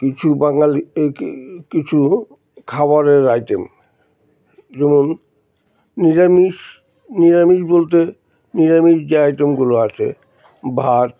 কিছু বাঙালি কিছু খাবারের আইটেম যেমন নিরামিষ নিরামিষ বলতে নিরামিষ যে আইটেমগুলো আছে ভাত